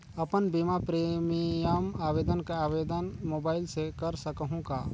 अपन बीमा प्रीमियम आवेदन आवेदन मोबाइल से कर सकहुं का?